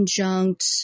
conjunct